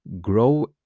grow